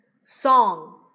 song